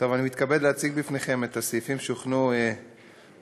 אני מתכבד להציג בפניכם את הסעיפים שהוכנו בוועדה